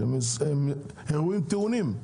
הם אירועים טעונים,